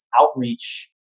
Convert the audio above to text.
outreach